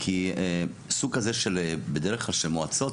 כי סוג כזה בדרך כלל של מועצות,